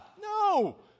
no